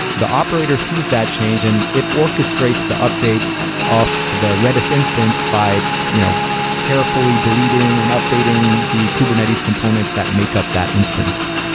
the operator sees that change and it orchestrates the update of the redis instance by you know carefully deleting and updating the kubernetes components that make up that instance.